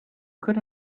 could